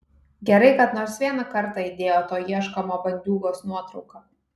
gerai kad nors vieną kartą įdėjo to ieškomo bandiūgos nuotrauką